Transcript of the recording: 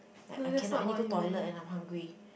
like I cannot I need go toilet and I'm hungry